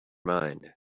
mind